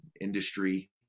industry